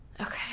Okay